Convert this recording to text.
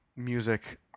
Music